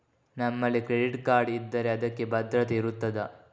ನಮ್ಮಲ್ಲಿ credit card ಇದ್ದರೆ ಅದಕ್ಕೆ ಭದ್ರತೆ ಇರುತ್ತದಾ?